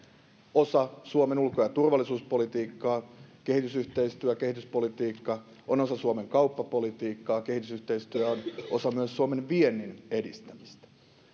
osa suomen ulko ja turvallisuuspolitiikkaa kehitysyhteistyö ja kehityspolitiikka ovat osa suomen kauppapolitiikkaa kehitysyhteistyö on osa myös suomen viennin edistämistä